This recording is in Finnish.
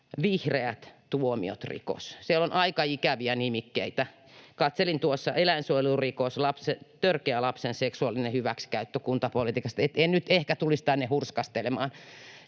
”vihreät tuomiot rikos”. Siellä on aika ikäviä nimikkeitä, katselin tuossa, eläinsuojelurikos, törkeä lapsen seksuaalinen hyväksikäyttö kuntapolitiikasta. En nyt ehkä tulisi tänne hurskastelemaan